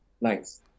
nice